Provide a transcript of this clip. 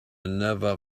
never